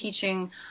teaching